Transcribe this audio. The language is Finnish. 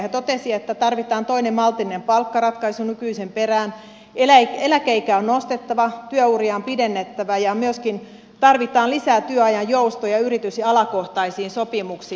hän totesi että tarvitaan toinen maltillinen palkkaratkaisu nykyisen perään eläkeikää on nostettava työuria on pidennettävä ja myöskin tarvitaan lisää työajan joustoja yritys ja alakohtaisiin sopimuksiin